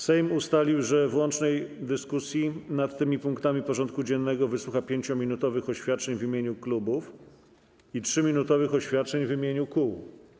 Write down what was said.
Sejm ustalił, że w łącznej dyskusji nad tymi punktami porządku dziennego wysłucha 5-minutowych oświadczeń w imieniu klubów i 3-minutowych oświadczeń w imieniu kół.